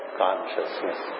consciousness